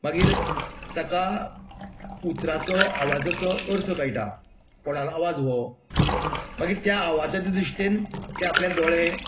मागीर ताका उतरांचो आवाजाचो अर्थ कळटा कोणालो आवाज हो मागीर त्या आवाजच्या दृश्टिन ते आपल्या दोळे